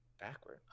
Backward